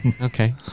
okay